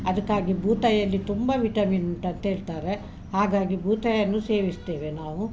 ಅದಕ್ಕಾಗಿ ಬೂತಾಯಲ್ಲಿ ತುಂಬ ವಿಟಮಿನ್ ಉಂಟಂತೇಳ್ತಾರೆ ಹಾಗಾಗಿ ಬೂತಾಯನ್ನು ಸೇವಿಸ್ತೇವೆ ನಾವು